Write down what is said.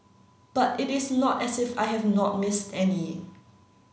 but it is not as if I have not missed any